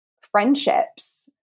friendships